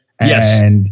Yes